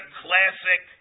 classic